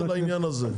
יותר לעניין הזה.